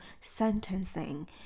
sentencing